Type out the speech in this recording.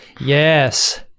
Yes